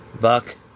Buck